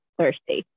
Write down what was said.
Thursday